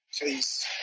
please